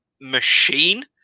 machine